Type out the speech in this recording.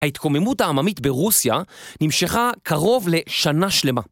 ההתקוממות העממית ברוסיה נמשכה קרוב לשנה שלמה.